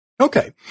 Okay